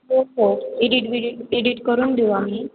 हो हो एडिट बिडिट एडिट करून देऊ आम्ही